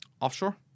offshore